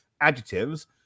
adjectives